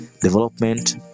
development